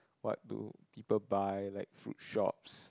what do people buy like fruit shops